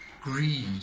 greed